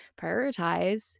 prioritize